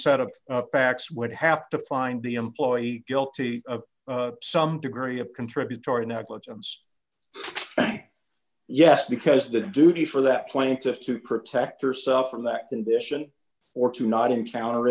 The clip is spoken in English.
facts would have to find the employee guilty of some degree of contributory negligence yes because the duty for that plaintiff to protect herself from that condition or to not encounter